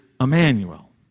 Emmanuel